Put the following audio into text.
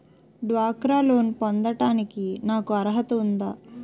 డ్వాక్రా లోన్ పొందటానికి నాకు అర్హత ఉందా?